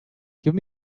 give